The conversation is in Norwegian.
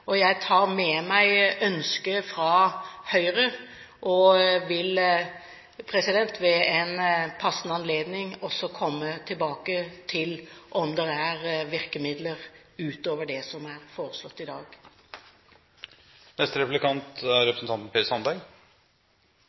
og jeg tar med meg ønsket fra Høyre og vil ved en passende anledning også komme tilbake til om det er virkemidler utover det som er foreslått i dag. Mitt spørsmål til statsråden er nærmest en oppfølger av representanten